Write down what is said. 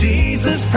Jesus